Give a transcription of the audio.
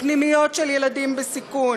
לפנימיות של ילדים בסיכון,